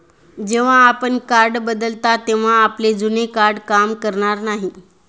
जेव्हा आपण कार्ड बदलता तेव्हा आपले जुने कार्ड काम करणार नाही